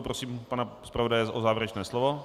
Prosím pana zpravodaje o závěrečné slovo.